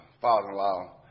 father-in-law